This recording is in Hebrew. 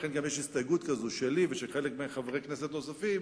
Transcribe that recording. לכן יש הסתייגות כזאת שלי ושל חברי כנסת נוספים: